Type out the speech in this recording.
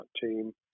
team